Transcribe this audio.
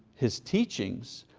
his teachings,